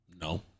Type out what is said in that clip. No